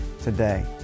today